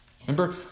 Remember